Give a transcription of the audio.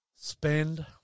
Spend